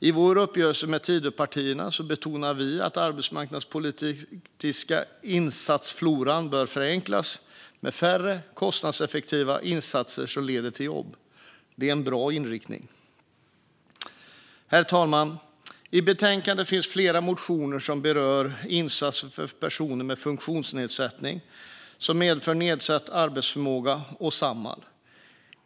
I vår uppgörelse med Tidöpartierna betonar vi att den arbetsmarknadspolitiska insatsfloran bör förenklas med färre och mer kostnadseffektiva insatser som leder till jobb. Detta är en bra inriktning. Herr talman! I betänkandet finns flera motioner som berör insatser för personer med funktionsnedsättning som medför nedsatt arbetsförmåga och Samhall.